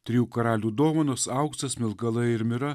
trijų karalių dovanos auksas smilkalai ir mira